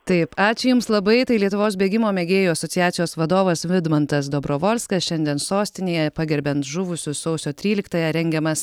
taip ačiū jums labai tai lietuvos bėgimo mėgėjų asociacijos vadovas vidmantas dobrovolskas šiandien sostinėje pagerbiant žuvusius sausio tryliktąją rengiamas